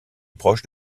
proche